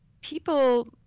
people